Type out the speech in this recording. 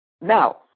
Now